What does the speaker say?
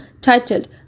titled